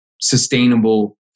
sustainable